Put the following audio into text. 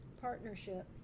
partnership